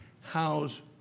how's